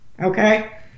Okay